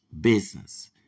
business